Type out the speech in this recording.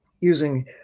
using